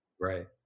Right